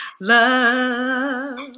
Love